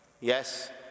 Yes